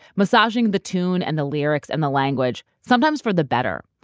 massaging the tune, and the lyrics, and the language, sometimes for the better.